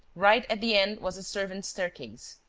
right at the end was a servants' staircase.